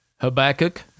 Habakkuk